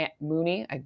Mooney